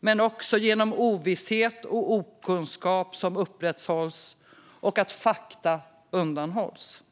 men också genom att ovisshet och okunskap upprätthålls och fakta undanhålls.